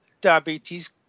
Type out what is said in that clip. diabetes